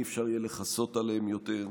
לא יהיה אפשר לכסות עליהם יותר,